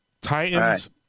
Titans